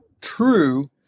true